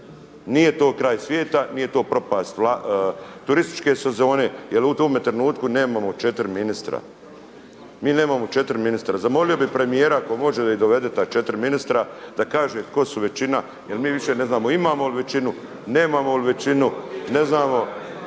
Nije to kraj svijeta, nije to propast turističke sezone jer u ovome trenutku nemamo 4 ministra. Mi nemamo 4 ministra. Zamolio bih premijera ako može da ih dovede ta 4 ministra, da kaže tko su većina jer mi više ne znamo imamo li većinu, nemamo li većinu, ne znamo,